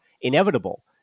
inevitable